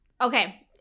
okay